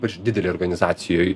ypač didelėj organizacijoj